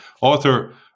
Author